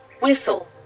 whistle